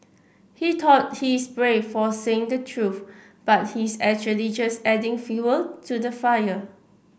he thought he is brave for saying the truth but he is actually just adding fuel to the fire